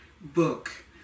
book